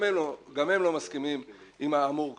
גם הם לא מסכימים עם האמור כאן.